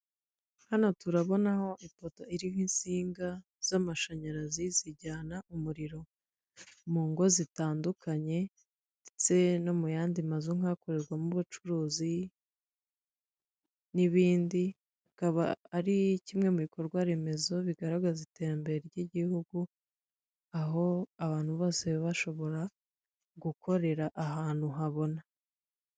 Hano turabona ipoto iriho insinga z'amashanyarazi zijyana umuriro mu ngo zitandukanye ndetse no mu yandi mazu nk'akorerwamo ubucuruzi n'ibindi, bikaba ari kimwe mu bikorwa remezo bigaragaza iterambere ry'igihugu, aho abantu bose bashobora gukorera ahantu habona.